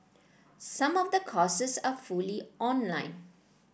some of the courses are fully online